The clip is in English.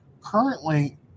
Currently